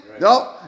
No